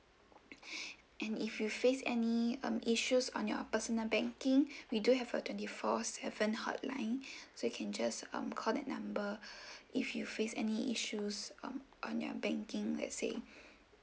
and if you face any um issues on your personal banking we do have a twenty four seven hotline so you can just um call that number if you face any issues um on your banking let's say